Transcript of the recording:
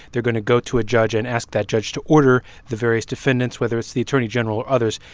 they're going to go to a judge and ask that judge to order the various defendants, whether it's the attorney general or others,